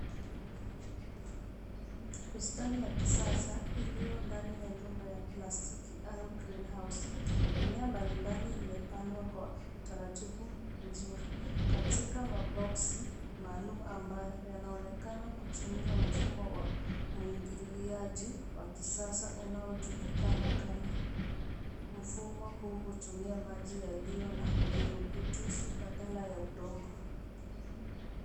Bustani ya kisasa iliyo ndani ya nyumba ya plastiki au Green House . Mimea mbalimbali imepandwa kwa utaratibu mzuri katika maboksi maalum ambayo yanaonekana kutumia mfumo wa umwagiliaji wa kisasa unaojulikana kama mfumo huu unatumia maji yaliyo na virubutushi badala ya udongo.